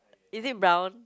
is it brown